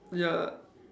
ya